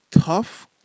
Tough